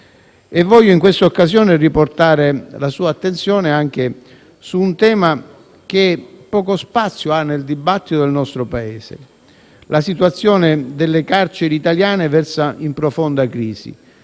In questa occasione voglio riportare la sua attenzione anche su un tema che poco spazio ha nel dibattito del nostro Paese. La situazione delle carceri italiane versa in profonda crisi: